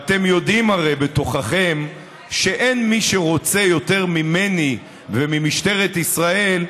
והרי אתם יודעים בתוככם שאין מי שרוצה יותר ממני וממשטרת ישראל,